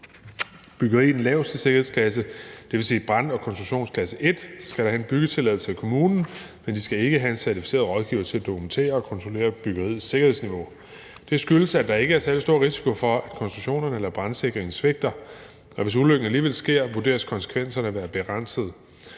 byggeri i den laveste sikringsklasse, dvs. i brand- og konstruktionsklasse 1, skal man have en byggetilladelse af kommunen, men man skal ikke have en certificeret rådgiver til at dokumentere og kontrollere byggeriets sikkerhedsniveau. Det skyldes, at der ikke er særlig stor risiko for, at konstruktionerne eller brandsikringen svigter, og hvis ulykken alligevel sker, vurderes konsekvenserne at være begrænsede.